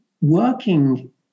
working